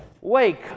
Wake